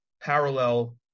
parallel